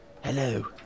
Hello